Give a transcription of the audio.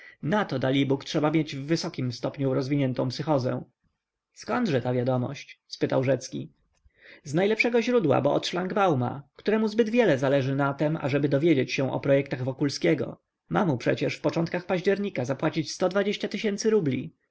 w warszawie nato dalibóg trzeba mieć w wysokim stopniu rozwiniętą psychozę zkądże te wiadomości spytał rzecki z najlepszego źródła bo od szlangbauma któremu zbyt wiele zależy na tem ażeby dowiedzieć się o projektach wokulskiego ma mu przecież w początkach października zapłacić sto dwadzieścia tysięcy rubli